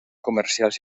comercials